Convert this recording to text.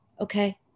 okay